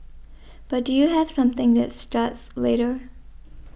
but do you have something that starts later